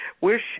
wish